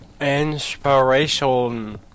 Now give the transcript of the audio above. Inspiration